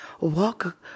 walk